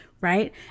Right